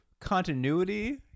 continuity